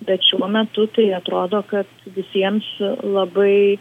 bet šiuo metu tai atrodo kad visiems labai